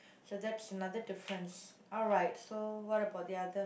so that's another difference alright so what about the other